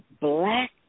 black